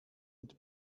und